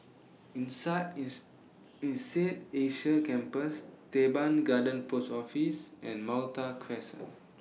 Insead Asia Campus Teban Garden Post Office and Malta Crescent